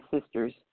sisters